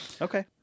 Okay